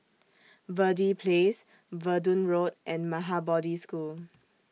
Verde Place Verdun Road and Maha Bodhi School